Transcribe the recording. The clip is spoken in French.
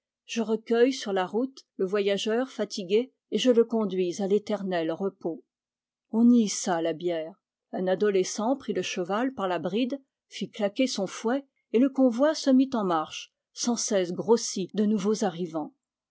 je recueille sur la route le voyageur fatigué et je le conduis à l'éternel repos on y hissa la bière un adolescent prit le cheval par la bride fit claquer son fouet et le convoi se mit en marche sans cesse grossi de nouveaux arrivants